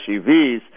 SUVs